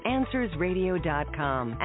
AnswersRadio.com